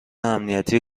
امنیتی